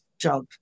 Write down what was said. job